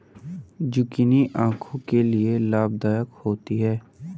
zucchini आंखों के लिए लाभदायक होती है